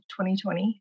2020